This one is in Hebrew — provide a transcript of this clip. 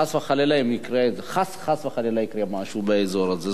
חס וחלילה אם יקרה משהו באזור הזה.